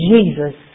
Jesus